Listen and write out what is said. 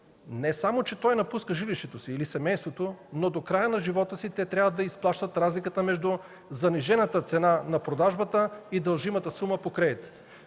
или семейството напуска жилището си, но до края на живота си те трябва да изплащат разликата между занижената цена на продажбата и дължимата сума по кредита.